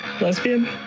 Lesbian